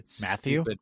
Matthew